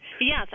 Yes